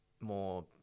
more